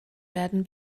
werden